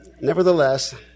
Nevertheless